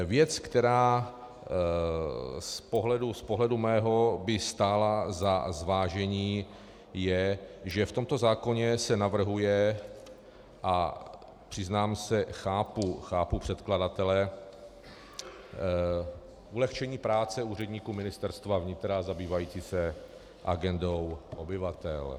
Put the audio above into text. Věc, která z pohledu mého by stála za zvážení, je, že v tomto zákoně se navrhuje, a přiznám se, chápu předkladatele, ulehčení práce úředníků Ministerstva vnitra zabývajících se agendou obyvatel.